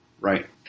Right